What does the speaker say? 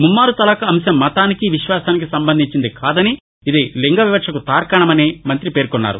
ముమ్మారు తలాక్ అంశం మతానికి విశ్వాసానికి సంబంధించినది కాదని ఇది లింగ వివక్షకు తార్కాణమని మంతి పేర్కొన్నారు